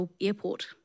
airport